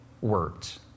words